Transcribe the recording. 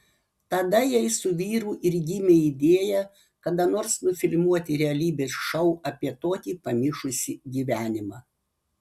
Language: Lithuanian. tada jai su vyru ir gimė idėja kada nors nufilmuoti realybės šou apie tokį pamišusį gyvenimą